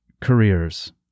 careers